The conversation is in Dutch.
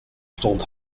stond